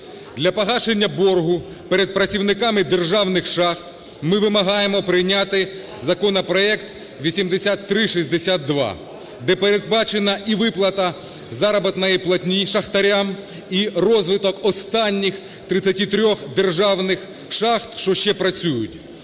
Для погашення боргу перед працівниками державних шахт ми вимагаємо прийняти законопроект 8362, де передбачена і виплата заробітної платні шахтарям, і розвиток останніх 33 державних шахт, що ще працюють,